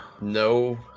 No